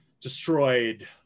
destroyed